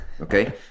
okay